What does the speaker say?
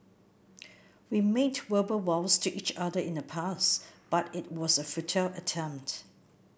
we made verbal vows to each other in the past but it was a futile attempt